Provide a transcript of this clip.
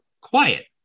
quiet